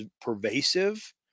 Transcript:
pervasive